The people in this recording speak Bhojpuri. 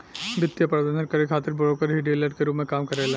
वित्तीय प्रबंधन करे खातिर ब्रोकर ही डीलर के रूप में काम करेलन